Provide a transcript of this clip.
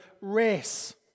race